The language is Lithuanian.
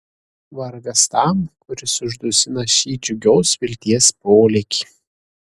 vargas tam kuris uždusina šį džiugios vilties polėkį